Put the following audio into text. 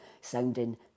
sounding